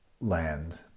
land